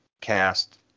cast